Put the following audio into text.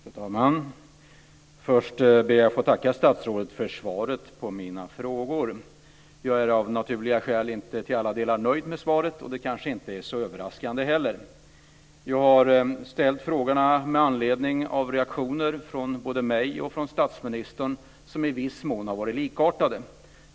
Fru talman! Först ber jag att få tacka statsrådet för svaret på mina frågor. Jag är av naturliga skäl inte till alla delar nöjd med svaret, vilket kanske inte heller är så överraskande. Jag har ställt frågorna med anledning av reaktioner från både mig och statsministern som i viss mån har varit likartade.